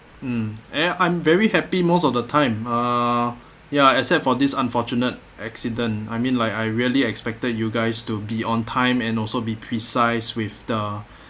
mm and I'm very happy most of the time uh ya except for this unfortunate accident I mean like I really expected you guys to be on time and also be precise with the